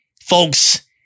Folks